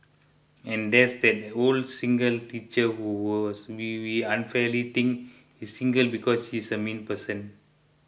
and there's that old single teacher who we was we we unfairly think is single because she's a mean person